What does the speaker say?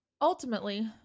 Ultimately